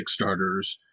Kickstarters